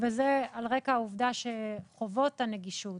וזה על רקע העובדה שחובות הנגישות